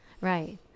right